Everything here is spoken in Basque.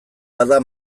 bada